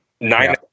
nine